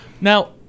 Now